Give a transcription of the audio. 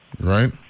Right